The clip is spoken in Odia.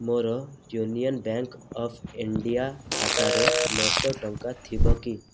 ମୋର ୟୁନିଅନ୍ ବ୍ୟାଙ୍କ୍ ଅଫ୍ ଇଣ୍ଡିଆ ଖାତାରେ ନଅଶହ ଟଙ୍କା ଥିବ କି